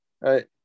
Right